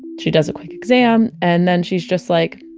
she does a quick exam. and then she's just like,